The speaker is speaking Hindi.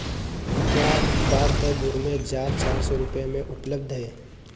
क्या उत्पाद द गुरमे जार चार सौ रुपये में उपलब्ध है